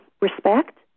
respect